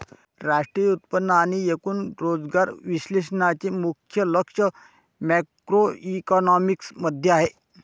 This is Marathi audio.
राष्ट्रीय उत्पन्न आणि एकूण रोजगार विश्लेषणाचे मुख्य लक्ष मॅक्रोइकॉनॉमिक्स मध्ये आहे